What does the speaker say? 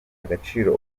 agaciro